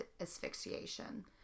asphyxiation